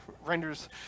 renders